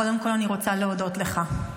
קודם כול אני רוצה להודות לך,